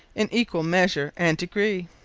in equall measure and degree.